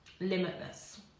Limitless